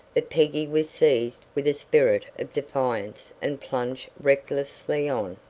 but peggy was seized with a spirit of defiance and plunged recklessly on.